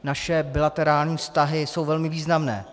Naše bilaterární vztahy jsou velmi významné.